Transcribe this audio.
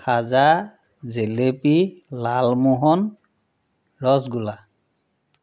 খাজা জেলেপি লালমোহন ৰছগোল্লা